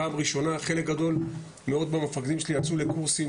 פעם ראשונה חלק גדול מאוד מהמפקדים שלי יצאו לקורסים,